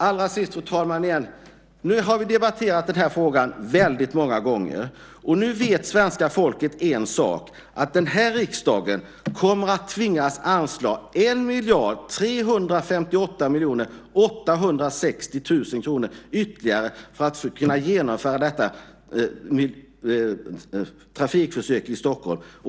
Allra sist, fru talman: Nu har vi debatterat den här frågan väldigt många gånger, och nu vet svenska folket en sak, nämligen att riksdagen kommer att tvingas anslå 1 358 860 000 kr ytterligare för att detta trafikförsök ska kunna genomföras i Stockholm.